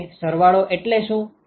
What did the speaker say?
તે સરવાળો એટલે શું